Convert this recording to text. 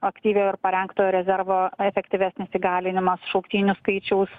aktyviojo ir parengtojo rezervo efektyvesnis įgalinimas šauktinių skaičiaus